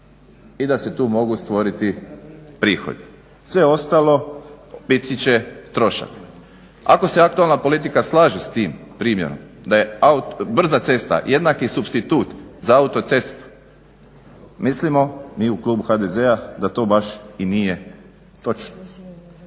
i da se tu mogu stvoriti prihodi. Sve ostalo biti će trošak. Ako se aktualna politika slaže s tim primjerom da je brza cesta jednaki supstitut za autocestu mislimo mi u klubu HDZ-a da to baš i nije točno.